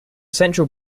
central